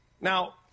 Now